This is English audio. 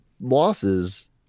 losses